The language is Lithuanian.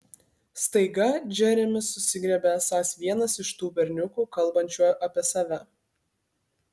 staiga džeremis susigriebia esąs vienas iš tų berniukų kalbančių apie save